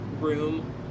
room